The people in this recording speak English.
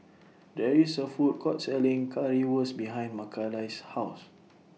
There IS A Food Court Selling Currywurst behind Makaila's House